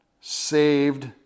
saved